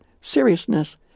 seriousness